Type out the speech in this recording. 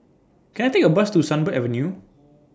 Can I Take A Bus to Sunbird Avenue